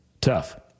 tough